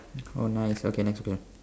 oh nice okay next question